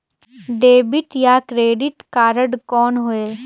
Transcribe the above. Debit या credit card कौन होएल?